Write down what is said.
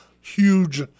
huge